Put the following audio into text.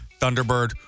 Thunderbird